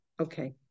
okay